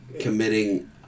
committing